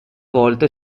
volte